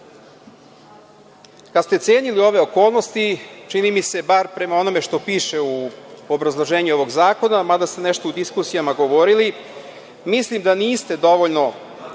Da ste cenili ove okolnosti, čini mi se, bar prema onome što piše u obrazloženju ovog zakona, mada ste nešto u diskusijama govorili, mislim da niste dovoljno